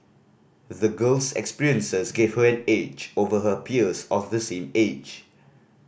the girl's experiences give her an edge over her peers of the same age